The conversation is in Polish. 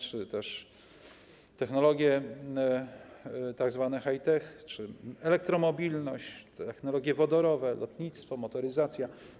Czy też technologie tzw. high-tech, elektromobilność, technologie wodorowe, lotnictwo i motoryzacja.